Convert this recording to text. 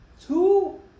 two